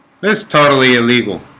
that's totally illegal?